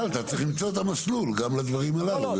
אבל אתה צריך למצוא את המסלול גם לדברים הללו.